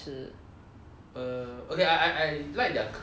err okay I I I like their cajun chicken